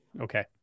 Okay